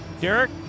Derek